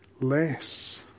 less